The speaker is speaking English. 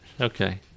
Okay